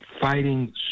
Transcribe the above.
fighting